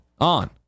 on